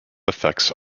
effects